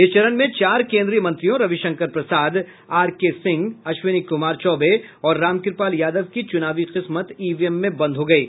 इस चरण में चार केंद्रीय मंत्रियों रविशंकर प्रसाद आरके सिंह अश्विनी कुमार चौबे और रामकृपाल यादव की चुनावी किस्मत ईवीएम में बंद हो गयी